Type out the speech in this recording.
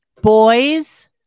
boys